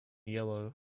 yellow